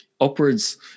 upwards